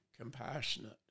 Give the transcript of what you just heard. compassionate